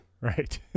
Right